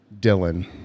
Dylan